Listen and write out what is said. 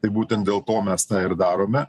tai būtent dėl to mes tą ir darome